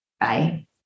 Bye